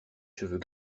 cheveux